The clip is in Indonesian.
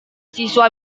siswa